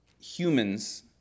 humans